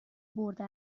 برده